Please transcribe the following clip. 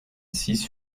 six